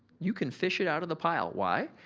you can fish it out of the pile. why?